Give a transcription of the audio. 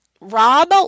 rob